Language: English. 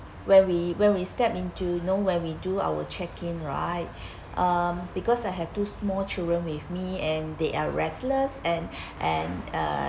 when we when we step into you know where we do our check-in right um because I have two small children with me and they are restless and and uh